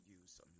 use